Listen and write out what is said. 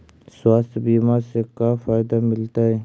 स्वास्थ्य बीमा से का फायदा मिलतै?